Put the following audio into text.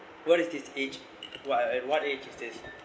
what is this age what what age is this